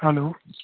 hello